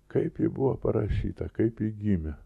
kaip ji buvo parašyta kaip ji gimė